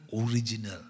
original